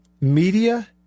media